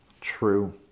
true